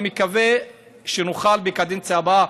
אני מקווה שבקדנציה הבאה,